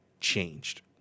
changed